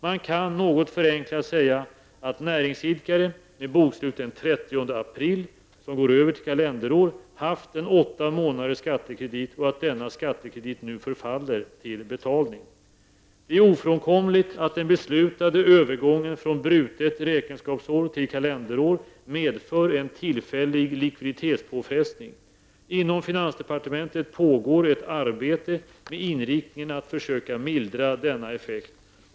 Man kan något förenklat säga att näringsidkare med bokslut den 30 april som går över till kalenderår haft en åttamånaders skattekredit och att denna skattekredit nu förfaller till betalning. Det är ofrånkomligt att den beslutade övergången från brutet räkenskapsår till kalenderår medför en tillfällig likviditetspåfrestning. Inom finansdepartementet pågår ett arbete med inriktningen att försöka mildra denna effekt.